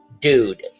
dude